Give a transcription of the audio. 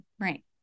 Right